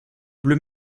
bleu